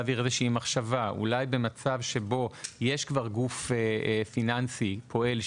אולי במצב שבו יש כבר גוף פיננסי פועל,